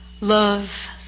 Love